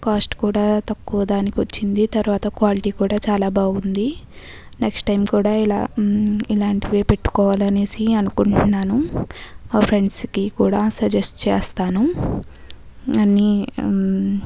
cost కూడా తక్కువ దానికి వచ్చింది తర్వాత క్వాలిటీ కూడా చాలా బాగుంది నెక్స్ట్ టైం కూడా ఇలా ఇలాంటివే పెట్టుకోవాలి అనేసి అనుకుంటున్నాను మా ఫ్రెండ్స్కి కూడా సజ్జెస్ట్ చేస్తాను అన్ని